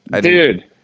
dude